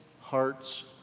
hearts